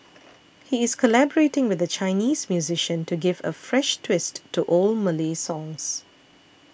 he is collaborating with a Chinese musician to give a fresh twist to old Malay songs